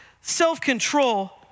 self-control